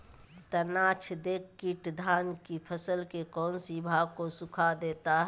तनाछदेक किट धान की फसल के कौन सी भाग को सुखा देता है?